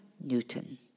Newton